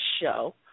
show